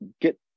get